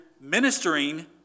ministering